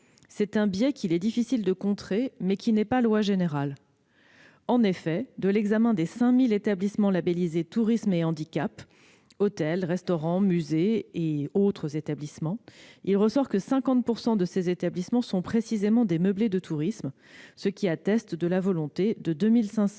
C'est un biais qu'il est difficile de contrer, mais qui n'est pas loi générale. En effet, il ressort de l'examen des 5 000 établissements labellisés « tourisme et handicap », hôtels, restaurants, musées et autres établissements divers que 50 % d'entre eux sont précisément des meublés de tourisme, ce qui atteste de la volonté de 2 500